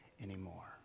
anymore